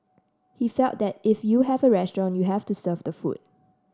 he felt that if you have a restaurant you have to serve the food